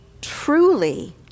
truly